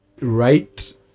right